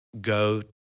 go